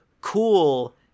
cool